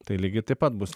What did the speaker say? tai lygiai taip pat bus